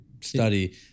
study